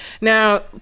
now